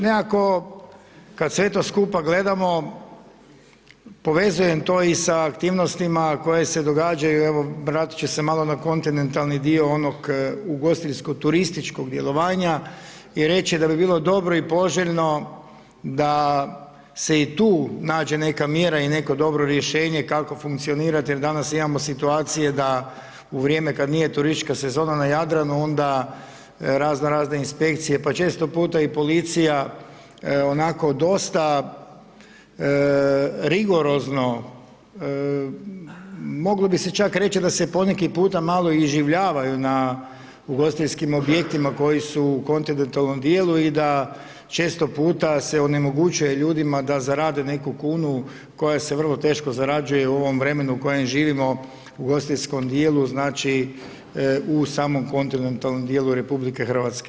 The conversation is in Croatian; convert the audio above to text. Nekako kad sve to skupa gledamo, povezujem to i sa aktivnostima koje se događaju, evo vratit ću se malo na kontinentalni dio onog ugostiteljsko turističkog djelovanja i reći da bi bilo dobro i poželjno da se i tu nađe neka mjera i neko dobro rješenje kako funkcionirati jer danas imamo situacije da u vrijeme kad nije turistička sezona na Jadranu, onda razno razne inspekcije, pa često puta i policija onako dosta rigorozno, moglo bi se čak reći da se poneki puta malo iživljavaju na ugostiteljskim objektima koji su u kontinentalnom dijelu i da često puta se onemogućuje ljudima da zarade neku kunu koja se vrlo teško zarađuje u ovom vremenu u kojem živimo u ugostiteljskom dijelu, znači, u samom kontinentalnom dijelu RH.